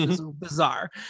bizarre